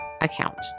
account